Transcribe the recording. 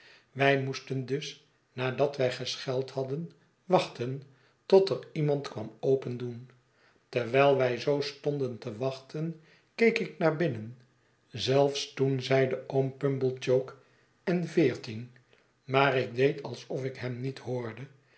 wij moesten dus nadat wij gescheld hadden wachten tot er iemand kwam opendoen terwijl wij zoo stonden te wachten keek ik naar binnen zelfs toen zeide oom pumblechook en veertien maar ik deed alsof ik hem niet hoorde